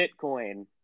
Bitcoin